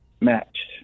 matched